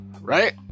right